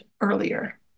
earlier